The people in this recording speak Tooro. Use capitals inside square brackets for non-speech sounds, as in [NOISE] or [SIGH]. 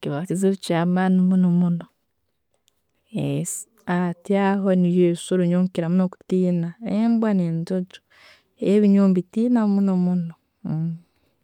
kiba kizibu kyamaani munno, yes, ati aho nibyo ebisoro nkira muno kutina, embwa nenjojo, ebyo mbitina muno muno. [HESITATION]